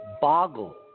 boggle